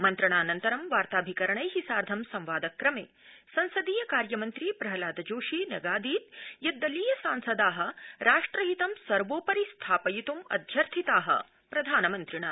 मन्त्रणानन्तरं वार्ताभिकरणै साधं संवादक्रमे संसदीय कार्यमन्त्री प्रहलाद जोशी न्यागदीद यत् दलीय सांसदा राष्ट्रहितं सर्वोपरि स्थापयित् अध्यर्थिता प्रधानमन्त्रिणा